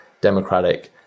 democratic